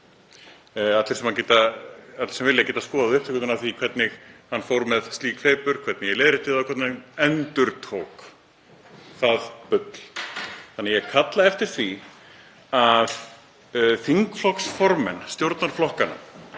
Allir sem vilja geta skoðað hvernig hann fór með slíkt fleipur, hvernig ég leiðrétti það og hvernig hann endurtók það bull. Þannig að ég kalla eftir því að þingflokksformenn stjórnarflokkanna